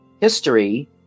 history